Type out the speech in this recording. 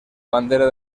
bandera